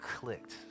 clicked